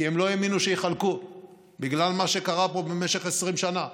כי הם לא האמינו שיחלקו בגלל מה שקרה פה במשך 20 שנה.